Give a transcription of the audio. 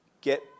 get